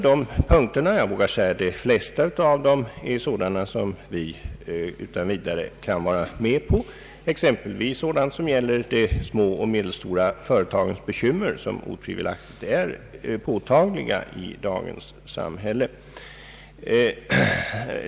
De flesta av dessa punkter kan vi utan vidare vara med på, exempelvis sådant som gäller de små och medelstora företagens bekymmer, som utan tvivel är påtagliga i dagens samhälle.